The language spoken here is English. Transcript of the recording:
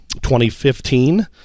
2015